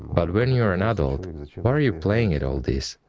but when you're an adult, why are you playing at all this?